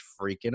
freaking